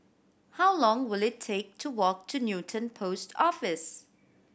how long will it take to walk to Newton Post Office